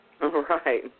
Right